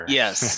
yes